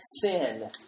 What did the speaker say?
sin